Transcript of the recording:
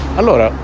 allora